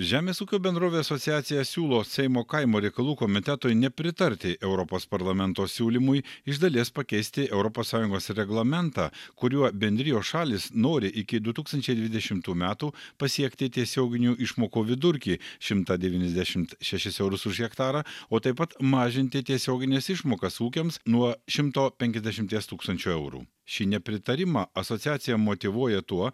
žemės ūkio bendrovių asociacija siūlo seimo kaimo reikalų komitetui nepritarti europos parlamento siūlymui iš dalies pakeisti europos sąjungos reglamentą kuriuo bendrijos šalys nori iki du tūkstančiai dvidešimtų metų pasiekti tiesioginių išmokų vidurkį šimtą devyniasdešimt šešis eurus už hektarą o taip pat mažinti tiesiogines išmokas ūkiams nuo šimto penkiasdešimties tūkstančių eurų šį nepritarimą asociacija motyvuoja tuo